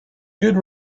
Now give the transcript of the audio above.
good